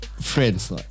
friends